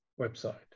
website